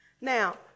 Now